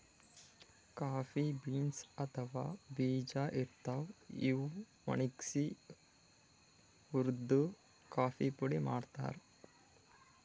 coffee beans ಅಥವಾ ಬೀಜಾ ಇರ್ತಾವ್, ಇವ್ ಒಣಗ್ಸಿ ಹುರ್ದು ಕಾಫಿ ಪುಡಿ ಮಾಡ್ತಾರ್